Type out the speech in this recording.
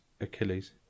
Achilles